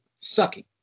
sucking